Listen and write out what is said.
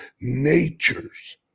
nature's